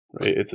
right